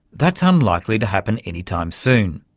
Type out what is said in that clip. that's unlikely to happen anytime soon.